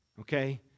okay